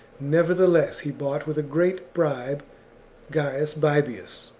nevertheless, he bought with a great bribe gaius baebius,